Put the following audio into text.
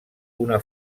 una